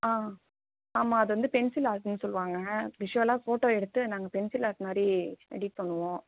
ஆ ஆமாம் அது வந்து பென்சில் ஆர்ட்டுன்னு சொல்லுவாங்கள் விஷ்வலாக ஃபோட்டோ எடுத்து நாங்கள் பென்சில் ஆர்ட் மாதிரி ரெடி பண்ணுவோம்